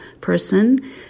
person